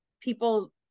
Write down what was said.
people